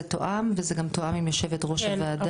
זה תואם וזה גם תואם את יו"ר הוועדה.